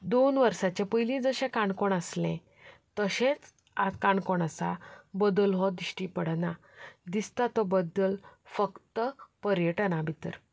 दोन वर्सां पयलीं जशें काणकोण आसलें तशेंच काणकोण आसा बदल हो दिश्टी पडना दिसता तो बदल फकत पर्यटना भितर